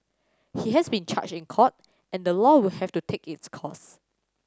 he has been charged in court and the law will have to take its course